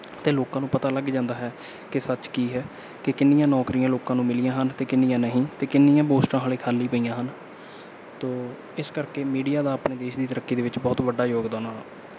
ਅਤੇ ਲੋਕਾਂ ਨੂੰ ਪਤਾ ਲੱਗ ਜਾਂਦਾ ਹੈ ਕਿ ਸੱਚ ਕੀ ਹੈ ਕਿ ਕਿੰਨੀਆਂ ਨੌਕਰੀਆਂ ਲੋਕਾਂ ਨੂੰ ਮਿਲੀਆਂ ਹਨ ਅਤੇ ਕਿੰਨੀਆਂ ਨਹੀਂ ਅਤੇ ਕਿੰਨੀਆਂ ਪੋਸਟਾਂ ਹਜੇ ਖਾਲੀ ਪਈਆਂ ਹਨ ਤਾਂ ਇਸ ਕਰਕੇ ਮੀਡੀਆ ਦਾ ਆਪਣੇ ਦੇਸ਼ ਦੀ ਤਰੱਕੀ ਦੇ ਵਿੱਚ ਬਹੁਤ ਵੱਡਾ ਯੋਗਦਾਨ ਆ